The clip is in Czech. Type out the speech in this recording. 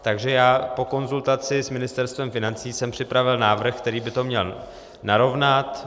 Takže já po konzultaci s Ministerstvem financí jsem připravil návrh, který by to měl narovnat.